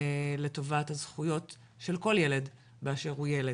לטובת הזכויות של כל ילד באשר הוא ילד.